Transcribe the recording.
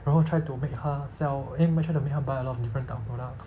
然后 try to make 她 sell eh 没有 try to make 她 buy many different type of products